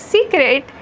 Secret